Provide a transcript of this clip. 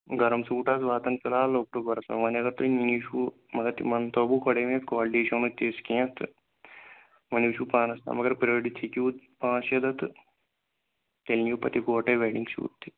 گرم سوٗٹ حظ واتَن فِلحال اکتوٗبَرَس منٛز وۄنۍ اگر تُہۍ نِنۍ چھُو مگر تِمَن تھاو بہٕ گۄڈَے ؤنِتھ کالٹی چھو نہٕ تِژھ کیٚنہہ تہٕ وۄنۍ حظ چھُو پانَس تام اگر پرٛٲرِتھ ہیٚکِو پانٛژھ شےٚ دۄہ تہٕ تیٚلہِ نِیِو پَتہٕ اِکوَٹَے وٮ۪ڈِنٛگ سوٗٹ تہِ